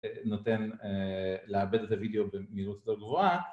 נותן לעבד את הווידאו במהירות יותר גבוהה